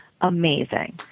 amazing